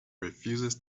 refuses